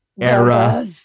era